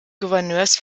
gouverneurs